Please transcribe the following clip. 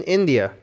India